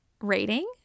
rating